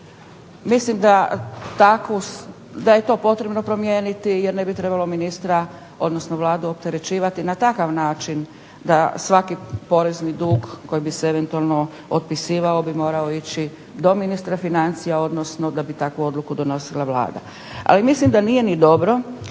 Mislim da je to potrebno promijeniti jer ne bi trebalo ministra, odnosno Vladu opterećivati na takav način da svaki porezni dug koji bi se eventualno otpisivao bi morao ići do ministra financija, odnosno da bi takvu odluku donosila Vlada. Ali, mislim da nije ni dobro